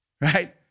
right